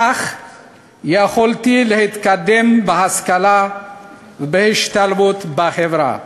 כך יכולתי להתקדם בהשכלה ובהשתלבות בחברה.